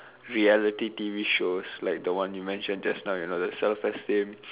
reality T_V shows like the one you mention just now you know that self esteem